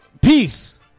Peace